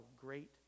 great